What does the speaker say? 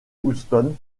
houston